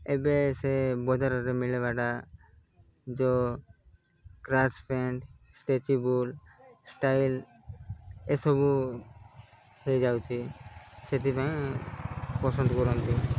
ଏବେ ସେ ବଜାରରେ ମିଳବାଟା ଯେଉଁ କ୍ରାସ୍ ପେଣ୍ଟ ଷ୍ଟ୍ରେଚେବୁଲ ଷ୍ଟାଇଲ ଏସବୁ ହେଇଯାଉଛି ସେଥିପାଇଁ ପସନ୍ଦ କରନ୍ତି